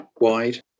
wide